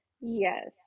Yes